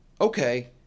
Okay